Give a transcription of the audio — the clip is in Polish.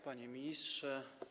Panie Ministrze!